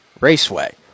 Raceway